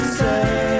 say